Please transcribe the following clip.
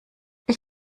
ich